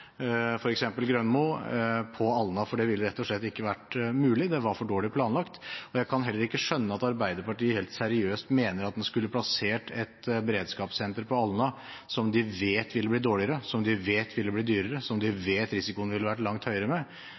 Grønmo, på Alna, for det ville rett og slett ikke vært mulig. Det var for dårlig planlagt. Jeg kan heller ikke skjønne at Arbeiderpartiet helt seriøst mener at man skulle plassert et beredskapssenter på Alna, som de vet ville blitt dårligere, som de vet ville blitt dyrere, og som de vet risikoen ville vært langt høyere med